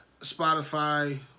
Spotify